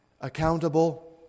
accountable